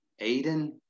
Aiden